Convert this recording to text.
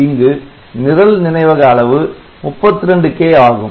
இங்கு நிரல் நினைவக அளவு 32 K ஆகும்